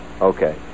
Okay